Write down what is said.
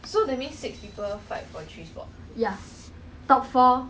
eh top four only if one of them is the host